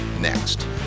next